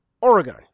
Oregon